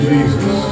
Jesus